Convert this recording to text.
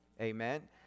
Amen